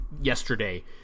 yesterday